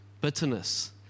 bitterness